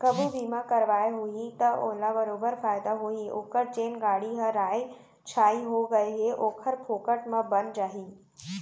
कभू बीमा करवाए होही त ओला बरोबर फायदा होही ओकर जेन गाड़ी ह राइ छाई हो गए हे ओहर फोकट म बन जाही